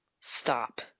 stop